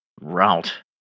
route